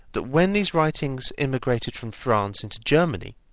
that when these writings immigrated from france into germany,